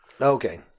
Okay